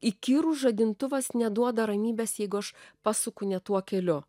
įkyrus žadintuvas neduoda ramybės jeigu aš pasuku ne tuo keliu